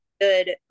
good